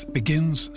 begins